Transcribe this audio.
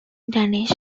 danish